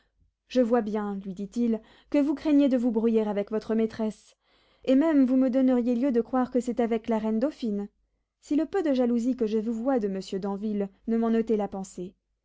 je crois bien lui dit-il que vous craignez de vous brouiller avec votre maîtresse et même vous me donneriez lieu de croire que c'est avec la reine dauphine si le peu de jalousie que je vous vois de monsieur d'anville ne m'en ôtait la pensée